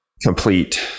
complete